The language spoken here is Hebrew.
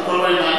על כל פנים,